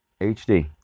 HD